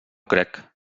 crec